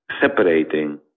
separating